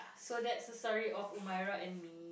so that's the story of Umairah and me